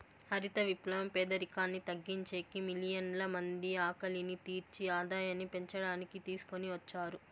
హరిత విప్లవం పేదరికాన్ని తగ్గించేకి, మిలియన్ల మంది ఆకలిని తీర్చి ఆదాయాన్ని పెంచడానికి తీసుకొని వచ్చారు